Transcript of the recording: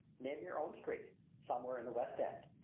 name your own street somewhere in the west end.